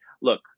look